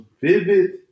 vivid